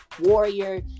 warrior